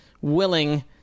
willing